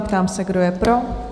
Ptám se, kdo je pro?